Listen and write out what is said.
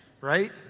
right